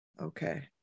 okay